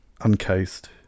uncased